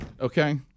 Okay